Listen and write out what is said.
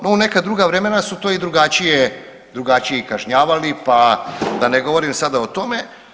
No u neka druga vremena su to i drugačije kažnjavali pa da ne govorim sada o tome.